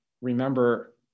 remember